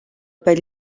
per